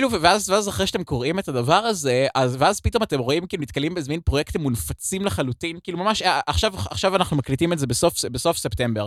לא יודע מה זה אחרי שאתם קוראים את הדבר הזה אז ואז פתאום אתם רואים כאילו נתקלים בזמן פרויקט מונפצים לחלוטין כאילו ממש עכשיו עכשיו אנחנו מקליטים את זה בסוף בסוף ספטמבר.